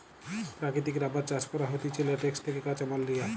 প্রাকৃতিক রাবার চাষ করা হতিছে ল্যাটেক্স থেকে কাঁচামাল লিয়া